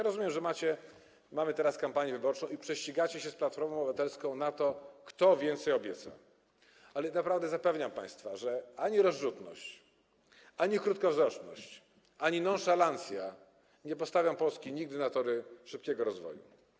Rozumiem, że mamy teraz kampanię wyborczą i prześcigacie się z Platformą Obywatelską, kto więcej obieca, ale naprawdę zapewniam państwa, że ani rozrzutność, ani krótkowzroczność, ani nonszalancja nigdy nie skierują Polski na tory szybkiego rozwoju.